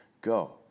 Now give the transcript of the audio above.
Go